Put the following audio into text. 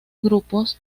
grupos